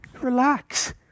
relax